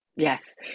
Yes